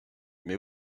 mais